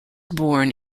born